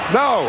no